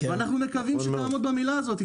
ואנחנו מקווים שתעמוד במילה הזאת,